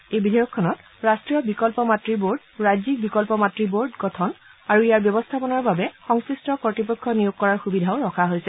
এই বিধেয়কখনত ৰাষ্ট্ৰীয় বিকল্প মাতৃ বোৰ্ড ৰাজ্যিক বিকল্প মাত বোৰ্ড গঠন আৰু ইয়াৰ ব্যৱস্থাপনাৰ বাবে সংশ্লিষ্ট কৰ্ত্তপক্ষ নিয়োগ কৰাৰ সুবিধা ৰখা হৈছে